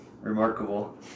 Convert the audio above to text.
remarkable